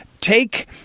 take